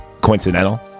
coincidental